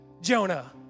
Jonah